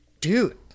Dude